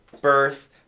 birth